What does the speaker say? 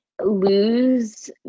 lose